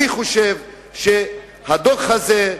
אני חושב שהדוח הזה,